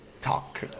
talk